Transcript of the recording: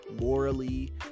morally